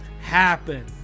happen